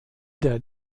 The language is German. der